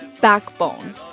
backbone